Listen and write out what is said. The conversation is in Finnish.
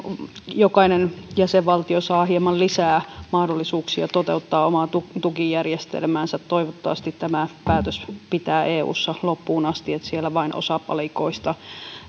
jokainen jäsenvaltio saa hieman lisää mahdollisuuksia toteuttaa omaa tukijärjestelmäänsä toivottavasti tämä päätös pitää eussa loppuun asti että vain osa palikoista